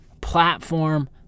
platform